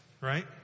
right